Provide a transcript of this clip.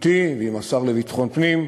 אתי ועם השר לביטחון פנים,